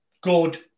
good